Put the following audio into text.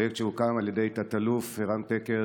פרויקט שהוקם על ידי תת-אלוף רן פקר,